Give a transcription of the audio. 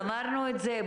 אמרנו את זה.